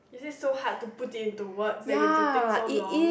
is it so hard to put it into words that you have to think so long